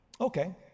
Okay